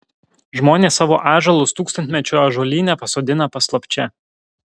žmonės savo ąžuolus tūkstantmečio ąžuolyne pasodina paslapčia